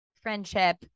friendship